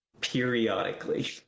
periodically